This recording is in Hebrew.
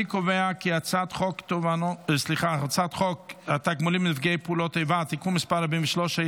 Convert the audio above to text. אני קובע כי הצעת חוק התגמולים לנפגעי פעולות איבה (תיקון מס' 43),